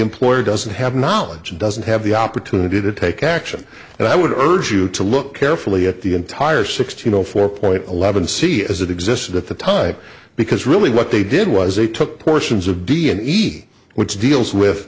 employer doesn't have knowledge and doesn't have the opportunity to take action and i would urge you to look carefully at the entire sixteen zero four point eleven see as it existed at the time because really what they did was they took portions of d and e which deals with